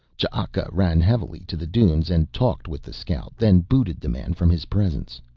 ch'aka ran heavily to the dunes and talked with the scout, then booted the man from his presence.